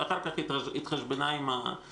ואחר כך התחשבנה עם הרשויות.